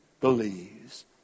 believes